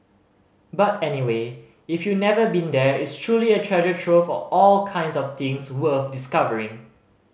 but anyway if you've never been there it's truly a treasure trove of all kinds of things worth discovering